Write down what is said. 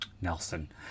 Nelson